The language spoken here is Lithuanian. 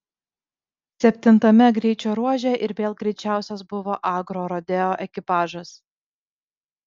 septintame greičio ruože ir vėl greičiausias buvo agrorodeo ekipažas